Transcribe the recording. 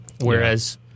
Whereas